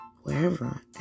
wherever